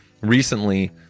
recently